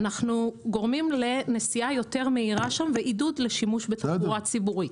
אנחנו גורמים לנסיעה יותר מהירה שם ועידוד לשימוש בתחבורה ציבורית.